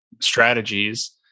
strategies